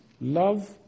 Love